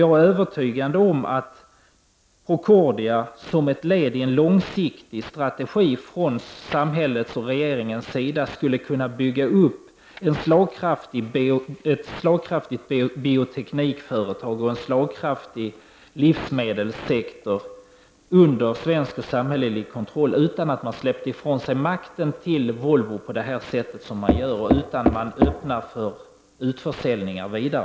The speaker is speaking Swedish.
Jag är övertygad om att Procordia som ett led i en långsiktig strategi från samhällets och regeringens sida skulle kunna bygga upp ett slagkraftigt bioteknikföretag och en slagkraftig livsmedelssektor under svensk och samhällelig kontroll, utan att man släppte ifrån sig makten till Volvo på det sätt som man nu gör och utan att man öppnade för vidare utförsäljningar.